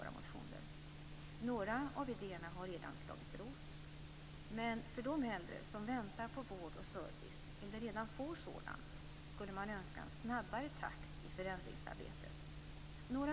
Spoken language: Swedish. Några av idéerna har redan slagit rot. Men för de äldre som väntar på vård och service eller redan får sådan skulle man önska en snabbare takt i förändringsarbetet.